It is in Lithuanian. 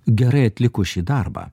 gerai atlikus šį darbą